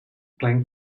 glenn